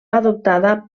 adoptada